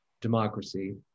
democracy